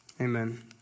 Amen